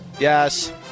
Yes